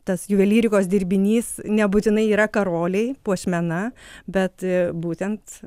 tas juvelyrikos dirbinys nebūtinai yra karoliai puošmena bet būtent